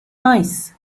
ice